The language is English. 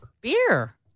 Beer